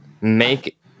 make